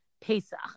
Pesach